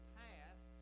path